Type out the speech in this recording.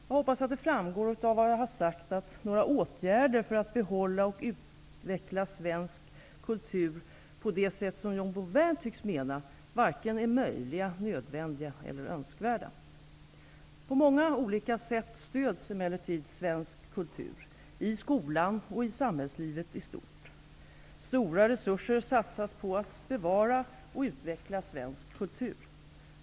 Jag hoppas att det framgår av vad jag sagt att några åtgärder för att behålla och utveckla svensk kultur på det sätt som John Bouvin tycks mena varken är möjliga, nödvändiga eller önskvärda. På många olika sätt stöds emellertid svensk kultur i skolan och i samhällslivet i stort. Stora resurser satsas på att bevara och utveckla svensk kultur.